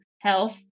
health